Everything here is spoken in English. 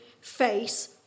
face